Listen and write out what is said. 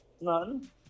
None